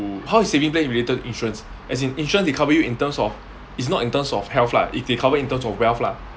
how is savings plan related to insurance as in insurance they cover you in terms of it's not in terms of health lah if they cover in terms of wealth lah